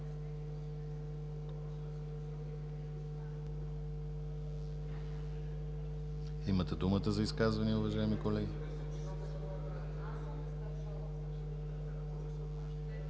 Имате думата за изказвания, уважаеми колеги.